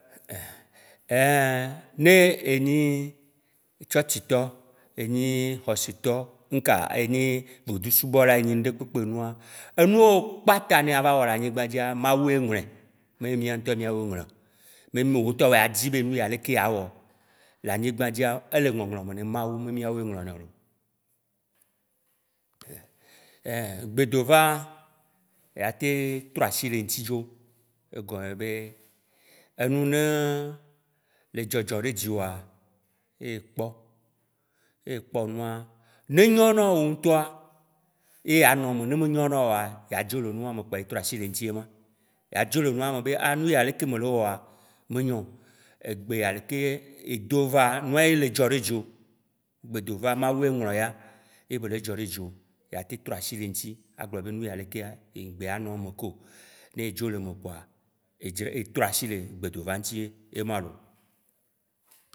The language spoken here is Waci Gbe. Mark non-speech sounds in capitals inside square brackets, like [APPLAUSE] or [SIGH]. [HESITATION] Ein, ne enyi tsɔtsitɔ, enyi xɔsetɔ, nuka enyi vodu subɔla, enyi ŋɖekpke nua, enuwo kpata ne edza va wɔ le anyigbã dzia, mawu ye ŋlɔe, me miɔŋtɔe mìawoe ŋlɔe o. Me wo ŋtɔ ya dzi be enu ya leke ya wɔ, le anyigbã dzia ele ŋɔŋlɔ me ne mawu me mìawoe wŋlɔ ne o lo. Ein Gbedova, ya tem trɔ asi le ŋti dro, egɔme nyi be enu ne le dzɔdzɔ ɖe dziwoa, ne ekpɔ, ne ekpɔ nua, ne enyo na wò ŋtɔa ye anɔ me, ne menyo na wò oa, ya dzo le nu ma me kpoa etrɔ asi le eŋtie ma. Yea dzo le nua me be, ah nu ya leke me le wɔa, me nyo o. Egbe ya leke ye e do va, nua ye le dzɔ ɖe dzi wò, gbedova mawu ye ŋlɔ eya, ye be le dzɔ ɖe dziwo, ya tem trɔ asi le eŋti agblɔ be nu ya lekea, yi gba ya nɔ me ke o, ne edzo le eme kpoa, atsɔ asi le gbedova ŋti ye ma loo